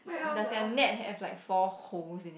does your net have like four holes in it